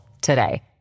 today